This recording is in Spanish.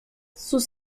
sus